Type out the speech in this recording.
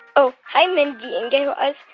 oh. hi, mindy and guy raz.